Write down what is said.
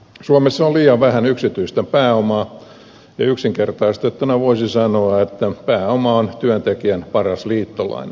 suomessa on liian vähän yksityistä pääomaa ja yksinkertaistettuna voisi sanoa että pääoma on työntekijän paras liittolainen